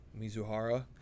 Mizuhara